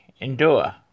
endure